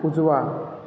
उजवा